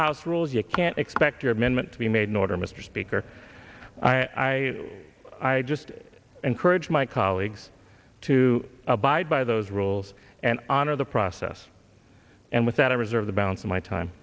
house rules you can't expect your amendment to be made in order mr speaker i i just encourage my colleagues to abide by those rules and honor the process and with that i reserve the balance of my time